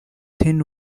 thin